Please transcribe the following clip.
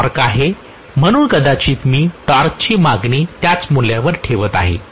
हे टॉर्क आहे म्हणून कदाचित मी टॉर्कची मागणी त्याच मूल्यांवर ठेवत आहे